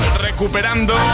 recuperando